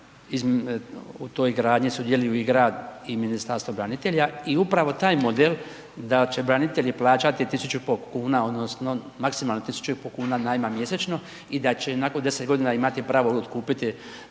u toj gradnji sudjeluju i Ministarstvo branitelja i upravo taj model, da će branitelji plaćati 1.500 kuna odnosno maksimalnih 1.500 kuna najma mjesečno i da će nakon 10 godina imati pravo otkupiti